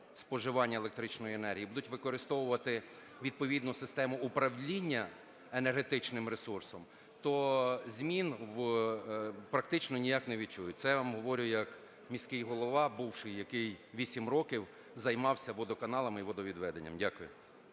споживання електричної енергії, будуть використовувати відповідну систему управління енергетичним ресурсом, то змін практично ніяк не від чують, це я вам говорю як міський голова бувший, який 8 років займався водоканалами і водовідведенням. Дякую.